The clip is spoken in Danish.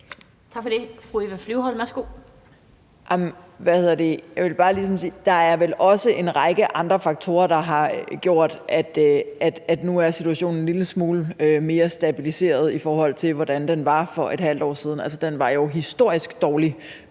at der vel også er en række andre faktorer, der har gjort, at situationen nu er en smule mere stabiliseret, i forhold til hvordan den var for et halvt år siden. Altså, den var jo historisk dårlig